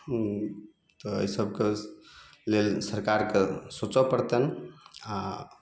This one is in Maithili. तऽ अइ सबके लेल सरकारके सोचऽ पड़तनि आओर